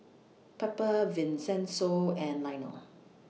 Pepper Vincenzo and Lionel